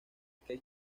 cape